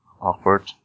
Awkward